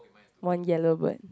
one yellow bird